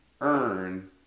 earn